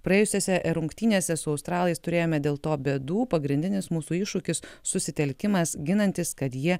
praėjusiose rungtynėse su australais turėjome dėl to bėdų pagrindinis mūsų iššūkis susitelkimas ginantis kad jie